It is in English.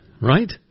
right